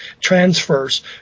transfers